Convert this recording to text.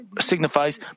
signifies